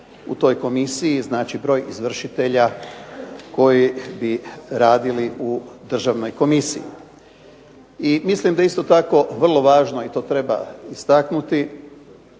u toj komisiji, znači broj izvršitelja koji bi radili u Državnoj komisiji. I mislim da je isto tako vrlo važno i to treba istaknuti,